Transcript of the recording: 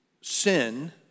sin